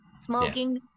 Smoking